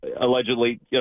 allegedly